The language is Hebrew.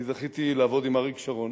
אני זכיתי לעבוד עם אריק שרון